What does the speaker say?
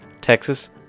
Texas